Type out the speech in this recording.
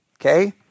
okay